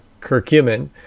curcumin